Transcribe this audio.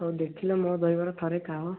ହଉ ଦେଖିଲ ମୋ ଦହିବରା ଥରେ ଖାଅ